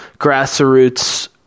grassroots